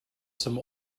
some